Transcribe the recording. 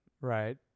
right